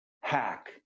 Hack